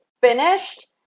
finished